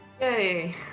Yay